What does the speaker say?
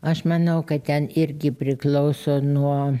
aš manau kad ten irgi priklauso nuo